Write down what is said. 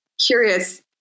curious